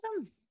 awesome